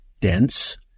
dense